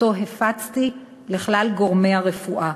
שהפצתי לכלל גורמי הרפואה.